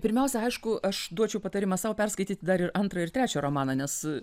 pirmiausia aišku aš duočiau patarimą sau perskaityti dar ir antrą ir trečią romaną nes